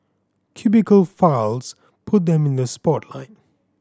Cubicle Files put them in the spotlight